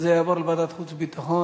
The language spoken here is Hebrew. זה יעבור לוועדת חוץ וביטחון.